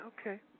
Okay